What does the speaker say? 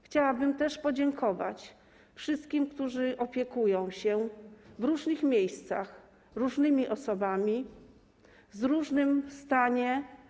Chciałabym też podziękować wszystkim, którzy opiekują się w różnych miejscach różnymi osobami, w różnym stanie.